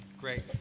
Great